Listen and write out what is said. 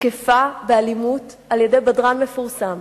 הותקפה באלימות על-ידי בדרן מפורסם,